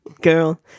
girl